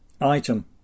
Item